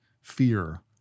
fear